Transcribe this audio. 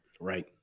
right